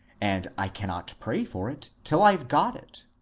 and i cannot pray for it till i ve got it.